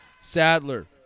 Sadler